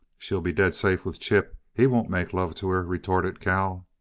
she'll be dead safe with chip. he won't make love to her, retorted cal.